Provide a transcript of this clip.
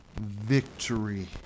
victory